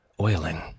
oiling